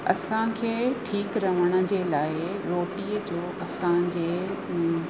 असांखे ठीकु रहण जे लाइ रोटी जो असांजे